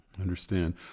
understand